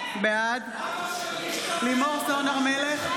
בעד לימור סון הר מלך,